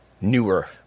newer